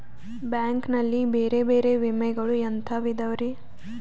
Bank ನಲ್ಲಿ ಬೇರೆ ಬೇರೆ ವಿಮೆಗಳು ಎಂತವ್ ಇದವ್ರಿ?